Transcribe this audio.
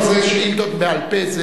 אלה שאילתות בעל-פה.